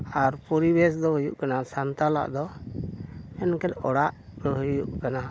ᱟᱨ ᱯᱚᱨᱤᱵᱮᱥ ᱫᱚ ᱦᱩᱭᱩᱜ ᱠᱟᱱᱟ ᱥᱟᱱᱛᱟᱲᱟᱜ ᱫᱚ ᱢᱮᱱᱠᱮᱫ ᱚᱲᱟᱜ ᱫᱚ ᱦᱩᱭᱩᱜ ᱠᱟᱱᱟ